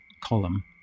column